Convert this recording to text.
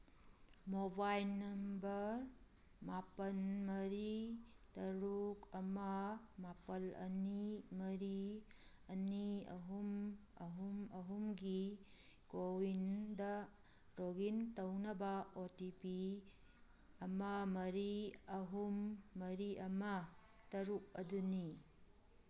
mobile number ꯃꯥꯄꯟ ꯃꯔꯤ ꯇꯔꯨꯛ ꯑꯃ ꯃꯥꯄꯟ ꯑꯅꯤ ꯃꯔꯤ ꯑꯅꯤ ꯑꯍꯨꯝ ꯑꯍꯨꯝ ꯑꯍꯨꯝꯒꯤ ꯀꯣꯋꯤꯟꯗ ꯂꯣꯛ ꯏꯟ ꯇꯧꯅꯕ ꯑꯣ ꯇꯤ ꯄꯤ ꯑꯃ ꯃꯔꯤ ꯑꯍꯨꯝ ꯃꯔꯤ ꯑꯃ ꯇꯔꯨꯛ ꯑꯗꯨꯅꯤ